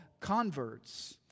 converts